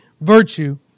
virtue